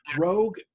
Rogue